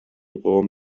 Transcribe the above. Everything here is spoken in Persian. قوم